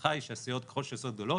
ההנחה היא שככל שהסיעות גדולות,